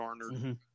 Garnered